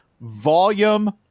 Volume